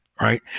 right